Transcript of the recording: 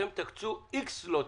אתם מקצים x סלוטים,